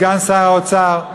סגן שר האוצר,